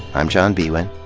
i'm john biewen.